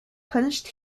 punished